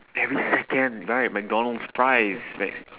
every second right mcdonald's fries